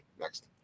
Next